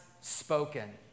spoken